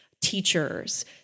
teachers